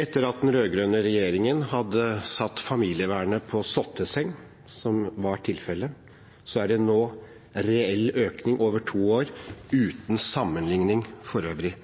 Etter at den rød-grønne regjeringen hadde satt familievernet på sotteseng – som var tilfellet – har det nå vært en reell økning over to år, uten sammenligning for øvrig: